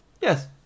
yes